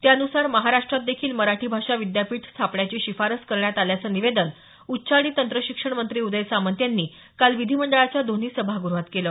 त्यानुसार महाराष्ट्रात देखील मराठी भाषा विद्यापीठ स्थापण्याची शिफाऱस करण्यात आल्याचं निवेदन उच्च आणि तंत्रशिक्षण मंत्री उदय सामंत यांनी काल विधीमंडळाच्या दोन्ही सभाग्रहात केलं